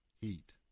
heat